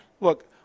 Look